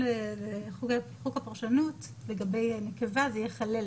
לחוק הפרשנות לגבי נקבה זה יהיה חללת.